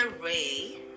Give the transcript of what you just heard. ray